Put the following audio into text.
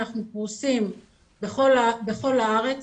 אנחנו פרוסים בכל הארץ,